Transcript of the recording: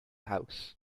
house